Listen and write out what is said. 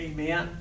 Amen